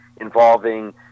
involving